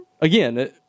again